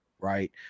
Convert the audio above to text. right